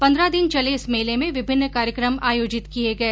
पंद्रह दिन चले इस मेले में विभिन्न कार्यक्रम आयोजित किए गए